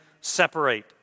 separate